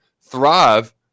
thrive